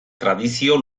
tradizio